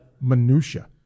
minutia